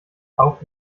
auch